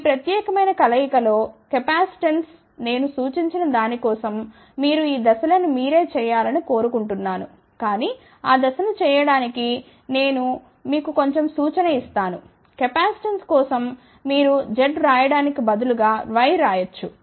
ఈ ప్రత్యేకమైన కలయిక లో కెపాసిటెన్స్ నేను సూచించిన దాని కోసం మీరు ఈ దశలను మీరే చేయాలని కోరుకుంటున్నాను కానీ ఆ దశను చేయటానికి నేను మీకు కొంచెం సూచన ఇస్తాను కెపాసిటెన్స్ కోసం మీరు Z వ్రాయడానికి బదులుగా y వ్రాయవచ్చు